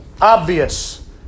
obvious